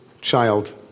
child